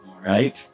Right